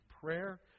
prayer